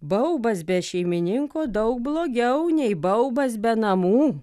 baubas be šeimininko daug blogiau nei baubas be namų